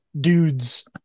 dudes